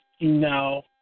No